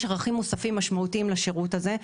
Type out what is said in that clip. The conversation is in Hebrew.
יש ערכים מוספים משמעותיים לשירות הזה;